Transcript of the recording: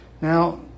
Now